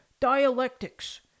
dialectics